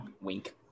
Wink